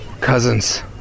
Cousins